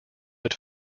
but